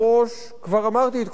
כבר אמרתי את כל מה שצריך להגיד.